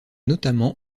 notamment